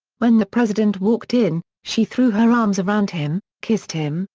when the president walked in, she threw her arms around him, kissed him,